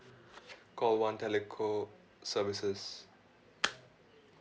call one telco services